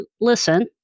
listen